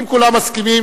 אם כולם מסכימים.